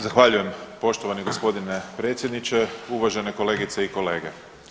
Zahvaljujem poštovani g. predsjedniče, uvažene kolegice i kolege.